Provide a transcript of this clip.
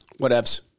whatevs